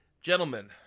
Gentlemen